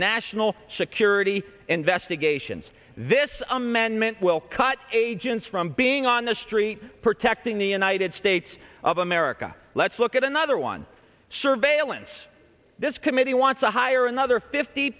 national security investigations this amendment will cut agents from being on the street protecting the united states of america let's look at another one sure vaillant's this committee wants to hire another fifty